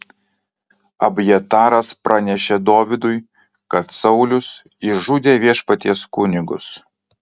abjataras pranešė dovydui kad saulius išžudė viešpaties kunigus